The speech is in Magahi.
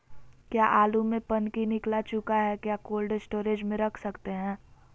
क्या आलु में पनकी निकला चुका हा क्या कोल्ड स्टोरेज में रख सकते हैं?